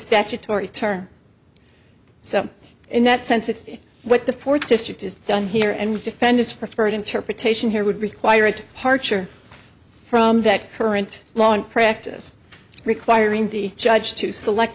statutory term so in that sense it's what the fourth district is done here and defend its preferred interpretation here would require it to parcher from that current law in practice requiring the judge to select